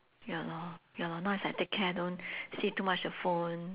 ya lor ya lor now is like take care don't see too much of phone